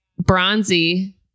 Bronzy